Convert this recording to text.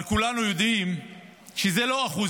אבל כולנו יודעים שזה לא 1%,